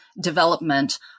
development